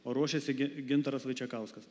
o ruošiasi gi gintaras vaičekauskas